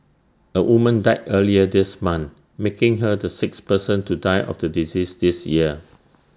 A woman died earlier this month making her the sixth person to die of the disease this year